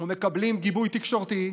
ומקבלות גיבוי תקשורתי,